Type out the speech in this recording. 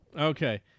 Okay